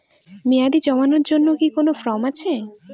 মেয়াদী জমানোর জন্য কি কোন ফর্ম আছে?